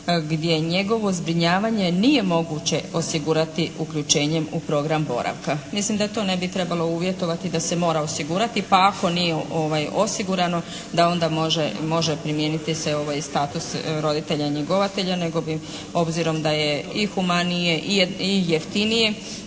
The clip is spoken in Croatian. gdje njegovo zbrinjavanje nije moguće osigurati uključenjem u program boravka. Mislim da to ne bi trebalo uvjetovati da se mora osigurati pa ako nije osigurano da onda može primijeniti se ovaj status roditelja njegovatelja nego bi obzirom da je i humanije i jeftinije